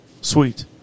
Sweet